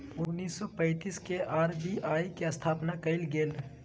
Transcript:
उन्नीस सौ पैंतीस के आर.बी.आई के स्थापना कइल गेलय